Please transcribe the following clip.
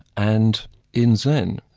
and in zen,